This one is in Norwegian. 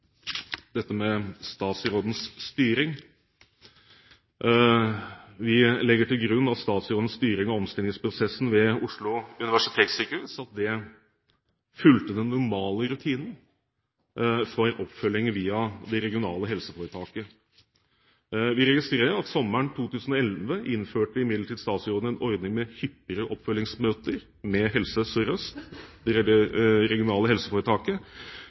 grunn at statsrådens styring av omstillingsprosessen ved Oslo universitetssykehus fulgte den normale rutinen for oppfølging via det regionale helseforetaket. Vi registrerer imidlertid at statsråden sommeren 2011 innførte en ordning med hyppigere oppfølgingsmøter med Helse